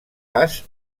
pas